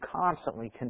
constantly